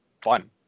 fun